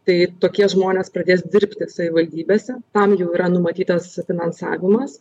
tai tokie žmonės pradės dirbti savivaldybėse tam jau yra numatytas finansavimas